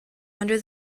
under